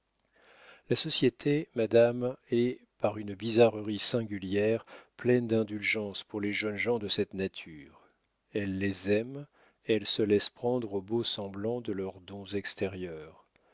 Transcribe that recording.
la société madame est par une bizarrerie singulière pleine d'indulgence pour les jeunes gens de cette nature elle les aime elle se laisse prendre aux beaux semblants de leurs dons extérieurs